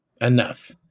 enough